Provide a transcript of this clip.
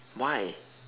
why